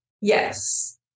Yes